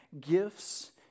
gifts